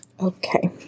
Okay